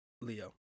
Leo